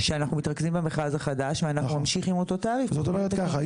זה לא בפומרנץ.